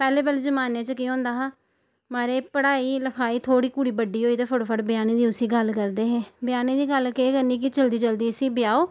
पैह्ले पैह्ले जमान्ने च केह् होंदा हा म्हाराज पढ़ाई लखाई थोह्ड़ी कुड़ी बड्डी होई ते फटाफट ब्याह्ने दी उस्सी गल्ल करदे हे ब्याह्ने दी गल्ल केह् करनी कि जल्दी जल्दी इस्सी ब्याहो